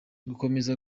gukomeza